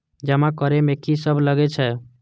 जमा करे में की सब लगे छै?